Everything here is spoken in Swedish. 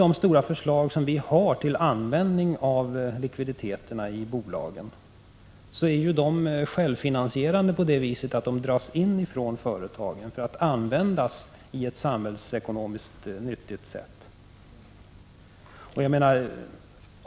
De stora förslag vi har lagt fram för användning av likviditeterna i bolagen är självfinansierande på det viset att de dras in från företagen för att användas på ett samhällsekonomiskt nyttigt sätt.